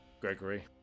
Gregory